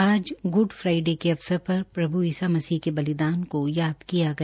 आज Good Friday के अवसर पर प्रभ् ईसा मसीह के बलिदान को याद किया गया